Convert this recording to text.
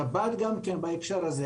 גם כן שבת בהקשר הזה